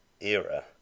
era